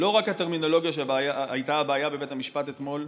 לא רק הטרמינולוגיה הייתה הבעיה בבית המשפט אתמול.